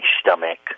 stomach